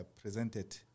presented